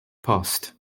post